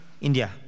India